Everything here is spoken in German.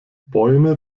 bäume